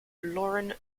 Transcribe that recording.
lauren